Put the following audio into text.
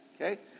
Okay